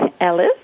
Ellis